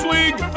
League